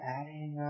adding